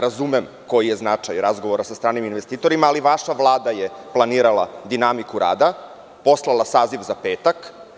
Razumem koji je značaj razgovora sa stranim investitorima, ali vaša Vlada je planirala dinamiku rada, poslala saziv za petak.